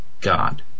God